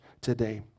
today